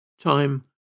Time